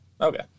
Okay